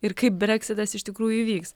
ir kaip breksitas iš tikrųjų įvyks